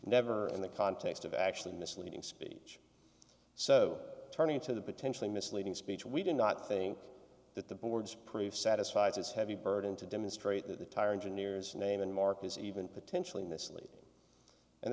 never in the context of actually misleading speech so turning to the potentially misleading speech we do not think that the board's proof satisfies its heavy burden to demonstrate that the tire engineers name and mark is even potentially misleading and